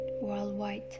worldwide